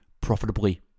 profitably